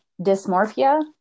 dysmorphia